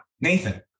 Nathan